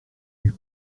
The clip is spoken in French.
eut